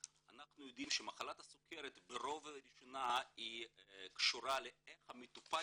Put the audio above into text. אנחנו יודעים שהמחלה בראש ובראשונה קשורה לאיך המטופל